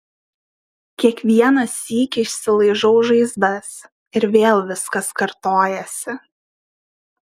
kiekvieną sykį išsilaižau žaizdas ir vėl viskas kartojasi